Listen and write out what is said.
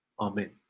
Amen